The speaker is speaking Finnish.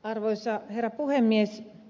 arvoisa herra puhemies